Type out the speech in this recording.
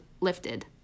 lifted